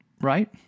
right